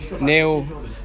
neil